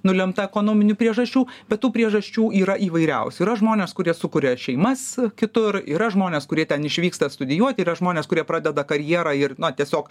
nulemta ekonominių priežasčių bet tų priežasčių yra įvairiausių yra žmonės kurie sukuria šeimas kitur yra žmonės kurie ten išvyksta studijuoti yra žmonės kurie pradeda karjerą ir na tiesiog